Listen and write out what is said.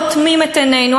אוטמים את עינינו,